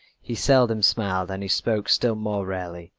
he seldom smiled and he spoke still more rarely.